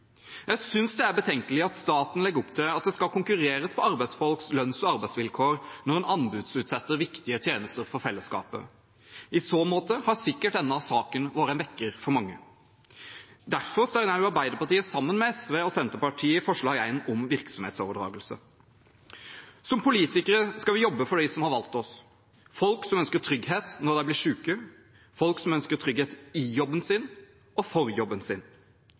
Jeg synes det er betenkelig at staten legger opp til at det skal konkurreres på arbeidsfolks lønns- og arbeidsvilkår, når man anbudsutsetter viktige tjenester for fellesskapet. I så måte har sikkert denne saken vært en vekker for mange. Derfor står Arbeiderpartiet sammen med SV og Senterpartiet bak forslag nr. 1 om virksomhetsoverdragelse. Som politikere skal vi jobbe for dem som har valgt oss – folk som ønsker trygghet når de blir syke, folk som ønsker trygghet i jobben sin og for jobben sin.